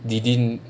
they didn't